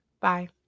Bye